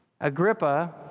Agrippa